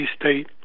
State